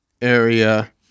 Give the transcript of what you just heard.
area